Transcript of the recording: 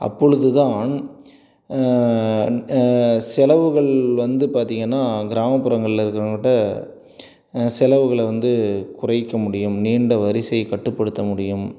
அப்பொழுதுதான் செலவுகள் வந்து பார்த்தீங்கன்னா கிராமப்புறங்களில் இருக்கிறவங்கக்கிட்ட செலவுகளை வந்து குறைக்க முடியும் நீண்ட வரிசையை கட்டுப்படுத்த முடியும்